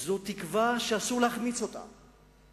זו תקווה שאסור להחמיץ אותה.